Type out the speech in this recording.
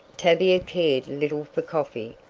tavia cared little for coffee,